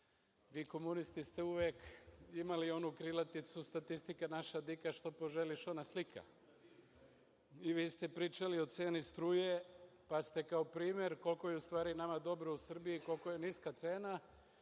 Vi komunisti ste uvek imali onu krilaticu – statistika naša dika, što poželiš, ona slika. Vi ste pričali o ceni struje, pa ste kao primer koliko je u stvari nama dobro u Srbiji, koliko je niska cena,